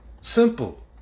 Simple